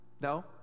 No